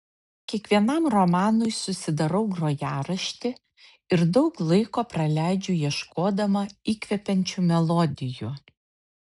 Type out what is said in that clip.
kiekvienam romanui susidarau grojaraštį ir daug laiko praleidžiu ieškodama įkvepiančių melodijų